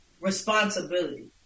responsibility